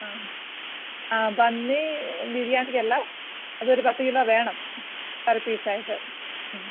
ആ ആ പന്നി ബിരിയാണിക്കല്ല അതൊരു പത്ത് കിലോ വേണം കറി പീസായിട്ട്